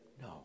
no